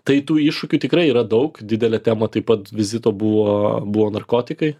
tai tų iššūkių tikrai yra daug didelė tema taip pat vizito buvo buvo narkotikai